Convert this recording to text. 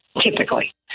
typically